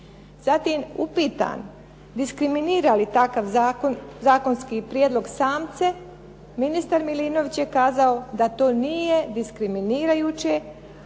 Zatim, upitan diskriminira li takav zakonski prijedlog samce ministar Milinović je kazao da to nije diskriminirajuće,